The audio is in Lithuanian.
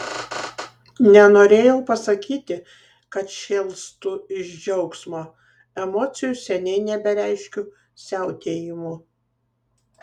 nenorėjau pasakyti kad šėlstu iš džiaugsmo emocijų seniai nebereiškiu siautėjimu